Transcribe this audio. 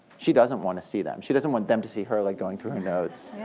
she doesn't want to see them. she doesn't want them to see her like going through her notes.